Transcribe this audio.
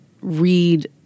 read